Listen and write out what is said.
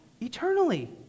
eternally